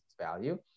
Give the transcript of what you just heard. value